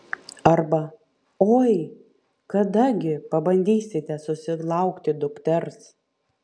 arba oi kada gi pabandysite susilaukti dukters